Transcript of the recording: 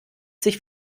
sich